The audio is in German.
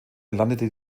landete